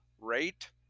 rate